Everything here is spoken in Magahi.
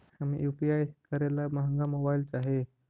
हम यु.पी.आई करे ला महंगा मोबाईल चाही?